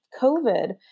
COVID